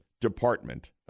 Department